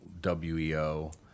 WEO